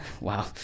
Wow